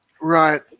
Right